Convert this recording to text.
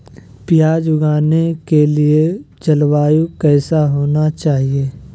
प्याज उगाने के लिए जलवायु कैसा होना चाहिए?